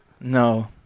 no